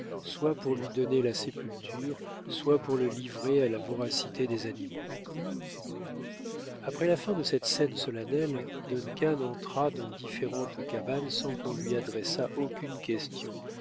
soit pour lui donner la sépulture soit pour le livrer à la voracité des animaux après la fin de cette scène solennelle duncan entra dans différentes cabanes sans qu'on lui adressât aucune question